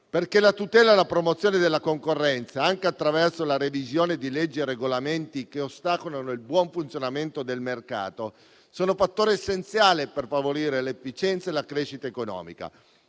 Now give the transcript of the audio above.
2023. La tutela e la promozione della concorrenza, anche attraverso la revisione di leggi e regolamenti che ostacolano il buon funzionamento del mercato, sono fattore essenziale per favorire l'efficienza e la crescita economica,